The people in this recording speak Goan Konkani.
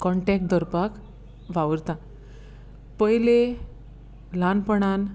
कॉन्टेक्ट दवरपा वावुरता पोयले ल्हानपणान